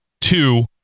two